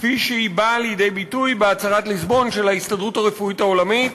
כפי שהיא באה לידי ביטוי בהצהרת ליסבון של ההסתדרות הרפואית העולמית,